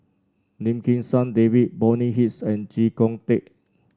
Lim Kim San David Bonny Hicks and Chee Kong Tet